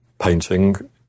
painting